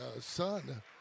son